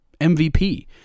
MVP